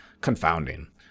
confounding